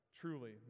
truly